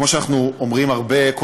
39